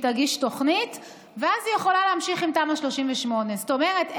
תגיש תוכנית ואז היא יכולה להמשיך עם תמ"א 38. זאת אומרת,